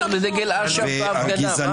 מה הקשר בין דגל אשף להפגנה?